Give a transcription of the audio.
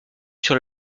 sur